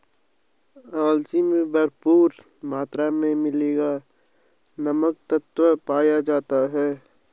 अलसी में भरपूर मात्रा में लिगनेन नामक तत्व पाया जाता है